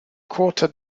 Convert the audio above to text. quarter